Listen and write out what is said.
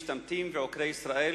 משתמטים ועוכרי ישראל,